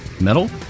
Metal